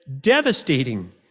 devastating